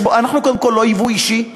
אנחנו קודם כול לא יבוא אישי,